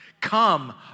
Come